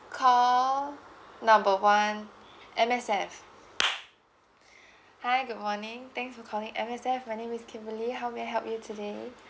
call number one M_S_F hi good morning thanks for calling M_S_F my name is kimberly how may I help you today